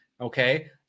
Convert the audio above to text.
okay